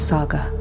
Saga